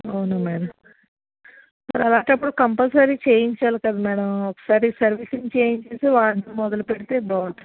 అవునా మ్యాడమ్ మరి అలాంటప్పుడు కంపల్సరీ చేయించాలి కదా మ్యాడమ్ ఒకసారి సర్వీసింగ్ చేయించి వాడడం మొదలు పెడితే బాగుంటుంది